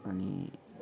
अनि